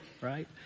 right